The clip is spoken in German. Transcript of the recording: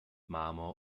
marmor